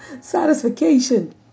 Satisfaction